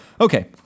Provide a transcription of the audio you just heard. Okay